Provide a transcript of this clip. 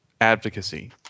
advocacy